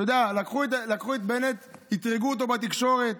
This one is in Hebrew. אתה יודע, לקחו את בנט, אתרגו אותו בתקשורת,